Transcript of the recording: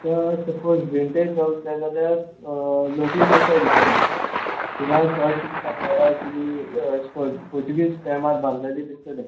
तुका suppose vintage halls जाय जाल्यार लोटली तें सायडीच्यान थिंगां चोडशी तुका घरा की एश्कोन्न पोर्चुगीज स्टॅमार बांदलोलीं दिसतोलीं